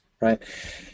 right